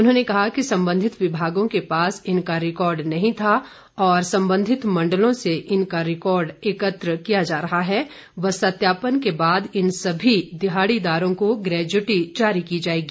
उन्होंने कहा कि संबंधित विभागों के पास इनका रिकार्ड नहीं था व संबंधित मण्डलों से इनका रिकार्ड एकत्र किया जा रहा है और सत्यापन के बाद इन सभी दिहाड़ीदारों को गैच्युटी जारी की जाएगी